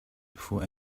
before